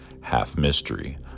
half-mystery